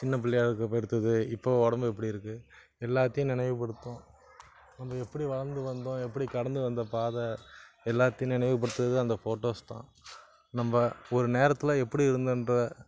சின்னப் பிள்ளையாக இருக்கறப்ப எடுத்தது இப்போ உடம்பு எப்படி இருக்கும் எல்லாத்தையும் நினைவுபடுத்தும் நம்ம எப்படி வளர்ந்து வந்தோம் எப்படி கடந்து வந்த பாதை எல்லாத்தையும் நினைவு படுத்துகிறது அந்த ஃபோட்டோஸ் தான் நம்ம ஒரு நேரத்தில் எப்படி இருந்தோன்ற